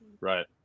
Right